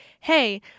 hey